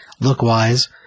look-wise